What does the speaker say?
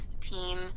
team